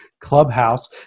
clubhouse